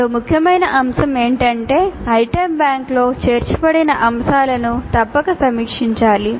మరో ముఖ్యమైన అంశం ఏమిటంటే ఐటెమ్ బ్యాంక్లో చేర్చబడిన అంశాలను తప్పక సమీక్షించాలి